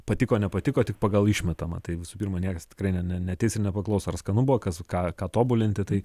patiko nepatiko tik pagal išmetamą tai visų pirma tikrai ne ne neateis nepaklaus ar skanu buvo kas ką ką tobulinti tai